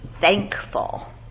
thankful